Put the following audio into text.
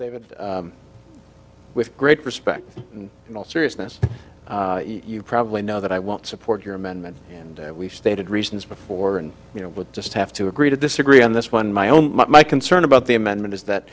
david with great respect and in all seriousness you probably know that i won't support your amendment and we've stated reasons before and you know would just have to agree to disagree on this one my own my concern about the amendment is that